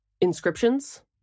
inscriptions